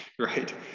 right